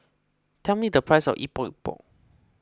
tell me the price of Epok Epok